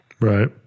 Right